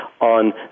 on